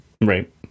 right